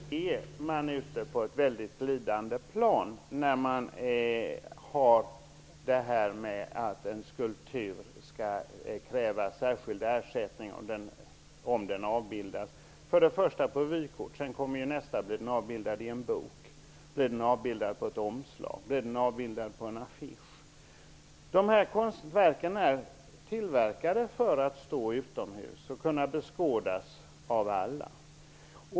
Herr talman! Man är ute på ett mycket sluttande plan när man kräver att särskild ersättning skall betalas om en skulptur avbildas. Första steget är avbildning på ett vykort, nästa blir avbildning i en bok och därefter kommer avbildning på ett omslag eller en affisch. De här konstverken är gjorda för att stå utomhus och för att kunna beskådas av alla.